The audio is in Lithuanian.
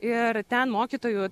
ir ten mokytojų